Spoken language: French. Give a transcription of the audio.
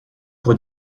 pour